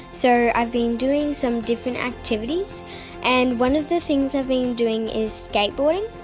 so, i've been doing some different activities and one of the things i've been doing is skateboarding.